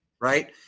Right